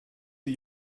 sie